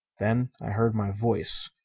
then i heard my voice,